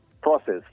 process